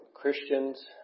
Christians